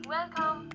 Welcome